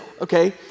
okay